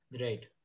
Right